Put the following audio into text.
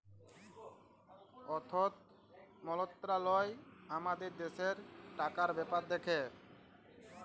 অথ্থ মলত্রলালয় আমাদের দ্যাশের টাকার ব্যাপার দ্যাখে